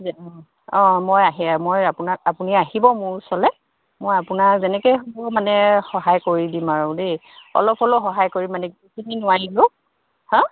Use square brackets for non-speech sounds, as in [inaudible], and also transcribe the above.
অঁ অঁ মই আহে মই আপোনাক আপুনি আহিব মোৰ ওচৰলৈ মই আপোনাৰ যেনেকৈ হ'ব মানে সহায় কৰি দিম আৰু দেই অলপ হ'লেও সহায় কৰি মানে [unintelligible] খিনি নোৱাৰিলেও হা